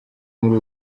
muri